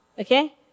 Okay